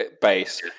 base